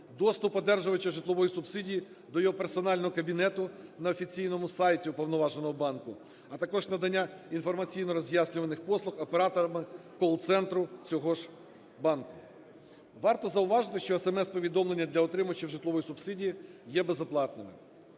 доступ одержувача житлової субсидії до його персонального кабінету на офіційному сайті уповноваженого банку, а також надання інформаційно-роз'яснювальних послуг операторами колл-центру цього ж банку. Варто зауважити, що SMS-повідомлення для отримувачів житлової субсидії є безоплатним.